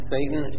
Satan